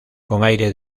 aire